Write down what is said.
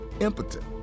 impotent